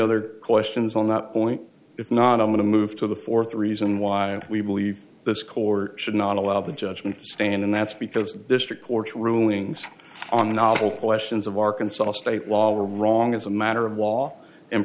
other questions on that point if not i'm going to move to the fourth reason why we believe this court should not allow the judgment to stand and that's because this trick or two rulings on a novel questions of arkansas state law are wrong as a matter of law and